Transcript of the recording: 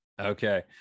Okay